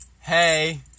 hey